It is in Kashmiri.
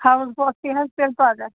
ہاوُس بوٹسٕے حظ تیٚلہِ پگاہ